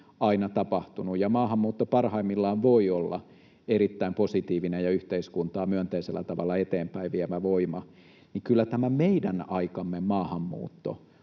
aina tapahtunut ja maahanmuutto parhaimmillaan voi olla erittäin positiivinen ja yhteiskuntaa myönteisellä tavalla eteenpäin vievä voima, niin kyllä tämä meidän aikamme maahanmuutto